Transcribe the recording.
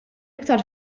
iktar